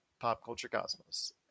PopCultureCosmos